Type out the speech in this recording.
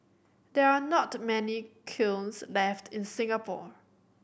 there are not many kilns left in Singapore